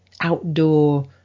outdoor